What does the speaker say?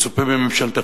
היה מצופה מממשלתך,